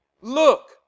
look